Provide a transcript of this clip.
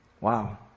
Wow